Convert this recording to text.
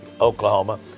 Oklahoma